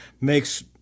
makes